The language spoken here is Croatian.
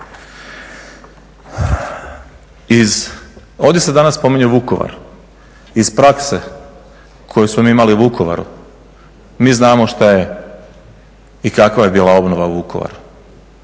Ovdje se danas spominje Vukovar. Iz prakse koju smo mi imali u Vukovaru mi znamo šta je i kakva je bila obnova u Vukovaru.